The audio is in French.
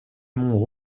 mont